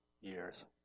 years